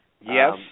Yes